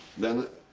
then,